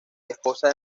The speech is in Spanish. esposa